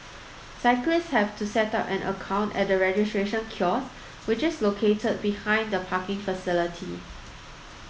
cyclists have to set up an account at the registration kiosks which is located behind the parking facility